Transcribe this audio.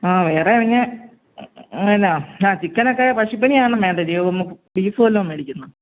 ആ വേറെ പിന്നെ എങ്ങനെയാണ് ആ ചിക്കനൊക്കെ പക്ഷിപ്പനി ആയത്കൊണ്ട് വേണ്ട ബീഫ് വല്ലതും മെടിക്ക്ന്നാ